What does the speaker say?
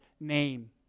name